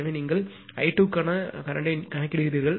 எனவே நீங்கள் i2 க்கான கரண்ட்த்தை கணக்கிடுகிறீர்கள்